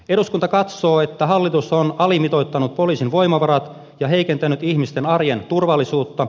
eduskunta katsoo että hallitus on alimitoittanut poliisin voimavarat ja heikentänyt ihmisten arjen turvallisuutta